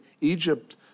Egypt